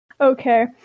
Okay